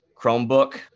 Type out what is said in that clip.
Chromebook